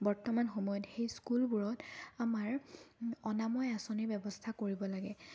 বৰ্তমান সময়ত সেই স্কুলবোৰত আমাৰ অনাময় আঁচনিৰ ব্যৱস্থা কৰিব লাগে